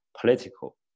political